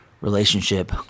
relationship